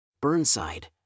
Burnside